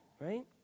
Right